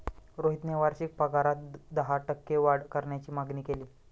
रोहितने वार्षिक पगारात दहा टक्के वाढ करण्याची मागणी केली